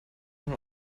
von